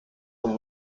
und